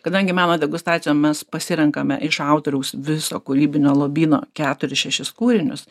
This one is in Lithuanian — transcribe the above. kadangi meno degustacijom mes pasirenkame iš autoriaus viso kūrybinio lobyno keturis šešis kūrinius